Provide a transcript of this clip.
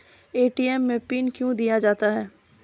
ATM मे PIN कयो दिया जाता हैं?